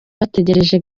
bategereje